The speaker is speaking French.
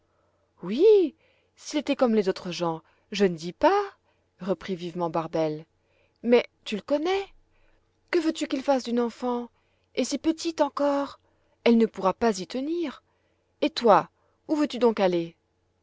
oui s'il était comme les autres gens je ne dis pas reprit vivement barbel mais tu le connais que veux-tu qu'il fasse d'une enfant et si petite encore elle ne pourra pas y tenir et toi où veux-tu donc aller